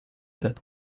that